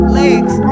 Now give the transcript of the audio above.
legs